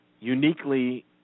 uniquely